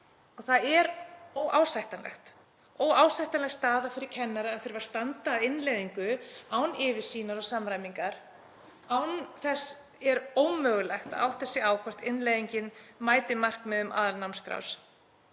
Það er óásættanleg staða fyrir kennara að þurfa að standa að innleiðingu án yfirsýnar og samræmingar. Án þess er ómögulegt að átta sig á hvort innleiðingin mæti markmiðum aðalnámskrár.